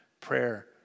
prayer